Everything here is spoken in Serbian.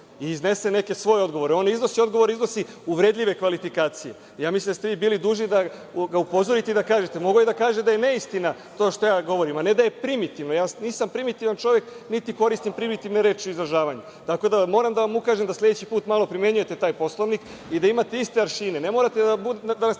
da iznese neke svoje odgovore. Ali, on iznosi odgovore i iznosi uvredljive kvalifikacije. Ja mislim da ste vi bili dužni da ga upozorite. Mogao je da kaže da je neistina to što ja govorim, a ne da kaže da je primitivno. Ja nisam primitivan čovek, niti koristim primitivne reči u izražavanju. Moram da vam ukažem da sledeći put malo primenjujete taj Poslovnik i da imate iste aršine. Ne morate da nas